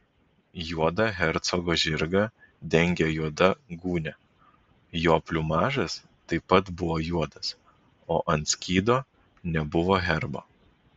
juodą hercogo žirgą dengė juoda gūnia jo pliumažas taip pat buvo juodas o ant skydo nebuvo herbo